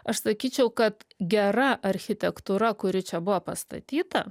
aš sakyčiau kad gera architektūra kuri čia buvo pastatyta